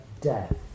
death